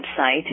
website